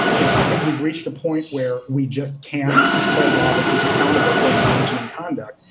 you know, i think we've reached a point where we just can't hold officers accountable for engaging in conduct,